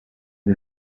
les